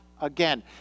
again